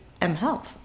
mHealth